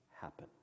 happen